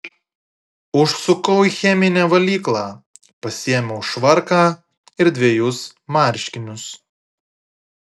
užsukau į cheminę valyklą pasiėmiau švarką ir dvejus marškinius